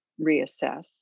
reassess